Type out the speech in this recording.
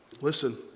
Listen